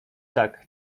tak